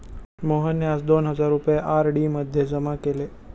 मोहनने आज दोन हजार रुपये आर.डी मध्ये जमा केले